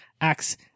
acts